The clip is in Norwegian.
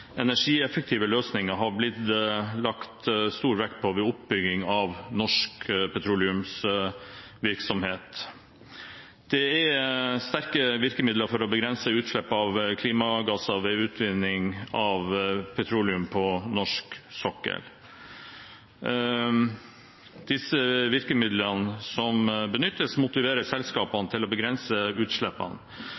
energieffektive løsninger har blitt tillagt stor vekt ved oppbyggingen av norsk petroleumsvirksomhet. Det er sterke virkemidler for å begrense utslipp av klimagasser ved utvinning av petroleum på norsk sokkel. De virkemidlene som benyttes, motiverer selskapene